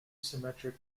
symmetric